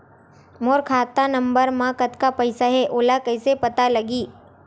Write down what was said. मोर खाता नंबर मा कतका पईसा हे ओला कइसे पता लगी?